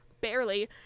barely